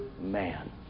Man